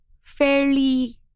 fairly